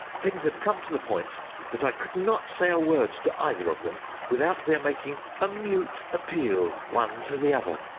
things had come to the point that i could not say a word to either of them without their making a mute appeal one to the other,